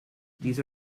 these